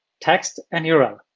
text, and url.